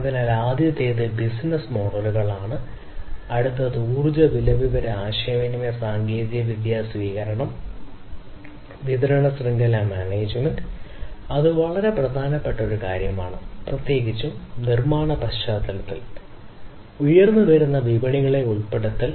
അതിനാൽ ആദ്യത്തേത് ബിസിനസ്സ് മോഡലുകളാണ് അടുത്തത് ഊർജ്ജ വില വിവര ആശയവിനിമയ സാങ്കേതികവിദ്യ സ്വീകരണം വിതരണ ശൃംഖല മാനേജ്മെന്റ് ഇത് വളരെ പ്രധാനപ്പെട്ട ഒരു കാര്യമാണ് പ്രത്യേകിച്ചും നിർമ്മാണ പശ്ചാത്തലത്തിൽ ഉയർന്നുവരുന്ന വിപണികളെ ഉൾപ്പെടുത്തൽ